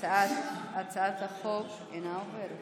הצעת החוק אינה עוברת.